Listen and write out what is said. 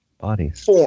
Bodies